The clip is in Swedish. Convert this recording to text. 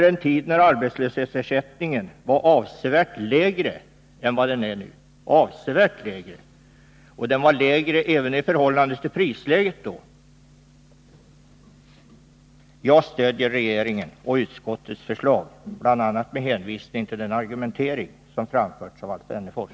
På den tiden var arbetslöshetsersättningen avsevärt lägre än den är nu — lägre även i förhållande till prisläget då. Jag stöder regeringens och utskottets förslag, bl.a. med hänvisning till den argumentering som framförts av Alf Wennerfors.